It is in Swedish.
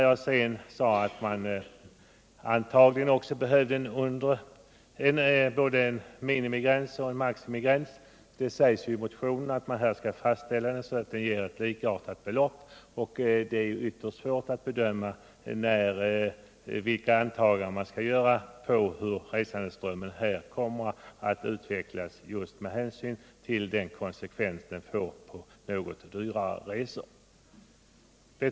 Jag sade också att man antagligen skulle behöva både en minimigräns och en maximigräns. Det sägs i motionen att man skall fastställa en gräns som ger ett likartat belopp, men det är ju ytterst svårt att bedöma hur resandeströmmen kommer att utveckla sig, just med hänsyn till den konsekvens beskattningen får på något dyrare resor.